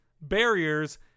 barriers